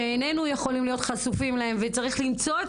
שאיננו יכולים להיות חשופים להם וצריך למצוא את